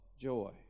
joy